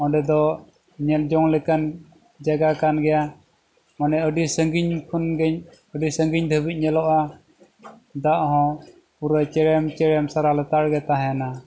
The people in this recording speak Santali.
ᱚᱸᱰᱮ ᱫᱚ ᱧᱮᱞ ᱡᱚᱝ ᱞᱮᱠᱟᱱ ᱡᱟᱭᱜᱟ ᱠᱟᱱ ᱜᱮᱭᱟ ᱢᱟᱱᱮ ᱟᱹᱰᱤ ᱥᱟᱺᱜᱤᱧ ᱠᱷᱚᱱ ᱜᱮ ᱟᱹᱰᱤ ᱥᱟᱺᱜᱤᱧ ᱫᱷᱟᱹᱵᱤᱡ ᱧᱮᱞᱚᱜᱼᱟ ᱫᱟᱜ ᱦᱚᱸ ᱯᱩᱨᱟᱹ ᱪᱮᱲᱮᱢ ᱪᱮᱲᱮᱢ ᱥᱟᱨᱟ ᱞᱮᱛᱟᱲᱜᱮ ᱛᱟᱦᱮᱱᱟ